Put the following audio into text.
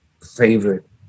favorite